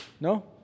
No